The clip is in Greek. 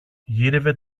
γύρευε